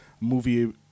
movie